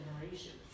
generations